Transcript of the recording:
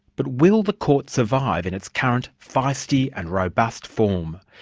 but will the court survive in its current feisty and robust form?